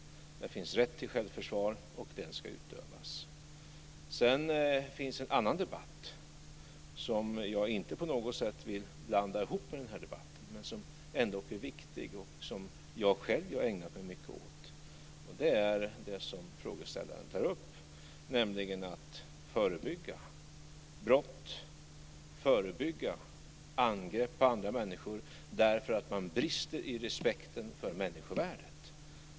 Där finns en rätt till självförsvar, och den ska utövas. Sedan finns en annan debatt, som jag inte på något sätt vill blanda ihop med den här debatten men som ändock är viktig och som jag själv har ägnat mig mycket åt. Den gäller det som frågeställaren tar upp, nämligen att förebygga brott, förebygga angrepp på andra människor, därför att man brister i respekten för människovärdet.